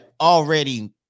already